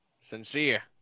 Sincere